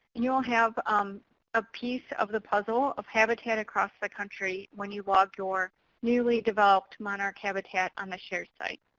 you will have um a piece of the puzzle of habitat across the country when you log your newly developed monarch habitat on the share site.